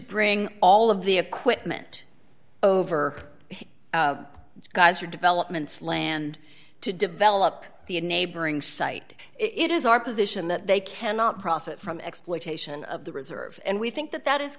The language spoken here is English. bring all of the equipment over geyser developments land to develop the a neighboring site it is our position that they cannot profit from exploitation of the reserve and we think that that is